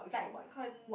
like 很